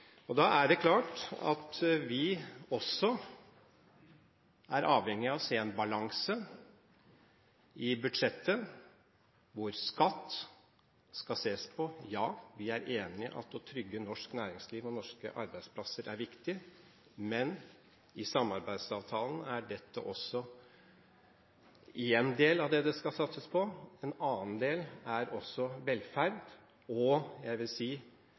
Da er det klart at vi også er avhengige av å se en balanse i budsjettet hvor skatt skal ses på. Ja, vi er enig i at å trygge norsk næringsliv og norske arbeidsplasser er viktig, men i samarbeidsavtalen er dette én del av det det skal satses på. En annen del er velferd og